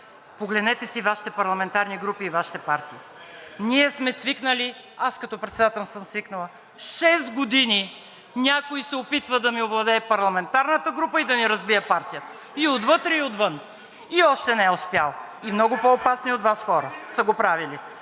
Погледнете си Вашите парламентарни групи и Вашите партии. Ние сме свикнали – аз като председател съм свикнала, шест години някой да се опитва да ми овладее парламентарната група и да ни разбие партията и отвътре, и отвън, но още не е успял. Много по опасни от Вас хора са го правили